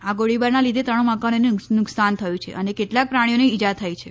આ ગોળીબારના લીધે ત્રણ મકાનોને નુકસાન થયું છે અને કેટલાંક પ્રાણીઓને ઇજા થઈ છે